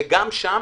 שגם שם